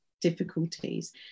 difficulties